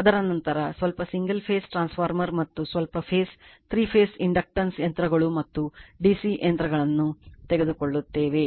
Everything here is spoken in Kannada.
ಅದರ ನಂತರ ಸ್ವಲ್ಪ ಸಿಂಗಲ್ ಫೇಸ್ ಟ್ರಾನ್ಸ್ಫಾರ್ಮರ್ ಮತ್ತು ಸ್ವಲ್ಪ ಫೇಸ್ ಮೂರು ಫೇಸ್ ಇಂಡಕ್ಷನ್ ಯಂತ್ರಗಳು ಮತ್ತು dc ಯಂತ್ರಗಳನ್ನು ತೆಗೆದುಕೊಳ್ಳುತ್ತೇವೆ